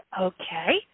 Okay